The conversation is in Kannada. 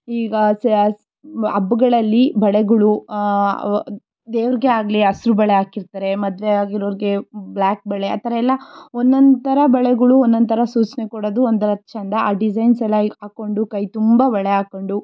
ಈಗ ಹಬ್ಗಳಲ್ಲಿ ಬಳೆಗಳು ದೇವ್ರಿಗೆ ಆಗಲಿ ಹಸ್ರು ಬಳೆ ಹಾಕಿರ್ತಾರೆ ಮದುವೆ ಆಗಿರೋರಿಗೆ ಬ್ಲ್ಯಾಕ್ ಬಳೆ ಆ ಥರ ಎಲ್ಲ ಒಂದೊಂದ್ ಥರ ಬಳೆಗಳು ಒಂದೊಂದ್ ಥರ ಸೂಚನೆ ಕೊಡೋದು ಒಂಥರ ಚೆಂದ ಆ ಡಿಸೈನ್ಸ್ ಎಲ್ಲ ಈಗ ಹಾಕೊಂಡು ಕೈ ತುಂಬ ಬಳೆ ಹಾಕೊಂಡು